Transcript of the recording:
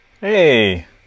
Hey